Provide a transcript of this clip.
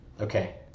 Okay